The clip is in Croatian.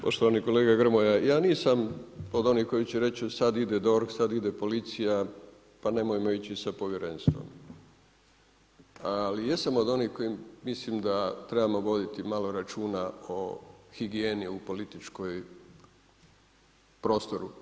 Poštovani kolega Grmoja ja nisam od onih koji će reći sad ide DORH, sad ide policija pa nemojmo ići sa povjerenstvom, ali jesam od onih koji mislim da trebamo voditi malo računa o higijeni u političkom prostoru.